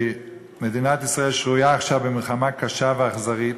שמדינת ישראל שרויה עכשיו במלחמה קשה ואכזרית.